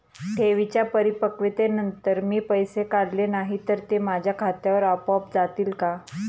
ठेवींच्या परिपक्वतेनंतर मी पैसे काढले नाही तर ते माझ्या खात्यावर आपोआप जातील का?